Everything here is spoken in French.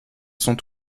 sont